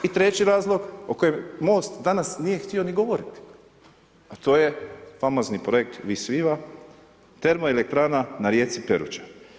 I treći razlog o kojem Most danas nije htio ni govoriti, a to je famozni projekt Vis Viva, termoelektrana na rijeci Peruća.